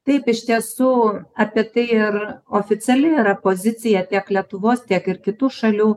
taip iš tiesų apie tai ir oficiali yra pozicija tiek lietuvos tiek ir kitų šalių